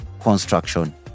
construction